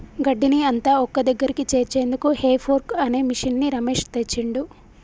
గడ్డిని అంత ఒక్కదగ్గరికి చేర్చేందుకు హే ఫోర్క్ అనే మిషిన్ని రమేష్ తెచ్చిండు